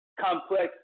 complex